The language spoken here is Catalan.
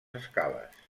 escales